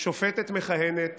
שופטת מכהנת